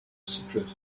secret